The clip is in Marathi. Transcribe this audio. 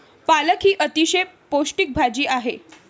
पालक ही अतिशय पौष्टिक भाजी आहे